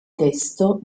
testo